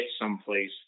someplace